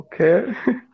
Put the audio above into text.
Okay